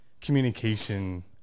communication